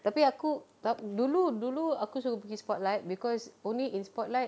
tapi aku ta~ dulu-dulu aku suka pergi spotlight because only in spotlight